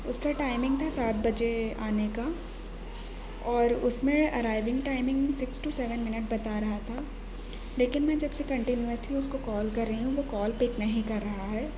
اس کا ٹائمنگ تھا سات بجے آنے کا اور اس میں arriving timing six to seven minute بتا رہا تھا لیکن میں جب سے کنٹینوسلی اس کو کال کر رہی ہوں وہ کال پک نہیں کر رہا ہے